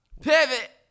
pivot